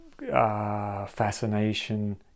fascination